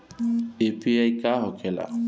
UPI का होखेला?